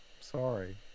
Sorry